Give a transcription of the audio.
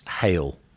Hale